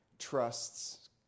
trusts